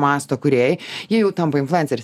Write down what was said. masto kūrėjai jie jau tampa influenceriais